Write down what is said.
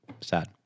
sad